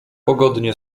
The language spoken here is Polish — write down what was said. pogodnie